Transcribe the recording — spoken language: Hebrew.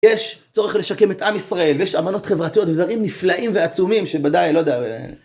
יש צורך לשקם את עם ישראל, ויש אמנות חברתיות, ודברים נפלאים ועצומים שבוודאי, לא יודע...